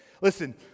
Listen